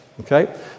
Okay